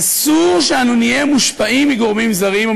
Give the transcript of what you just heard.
אסור שאנו נהיה מושפעים מגורמים זרים או